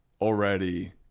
already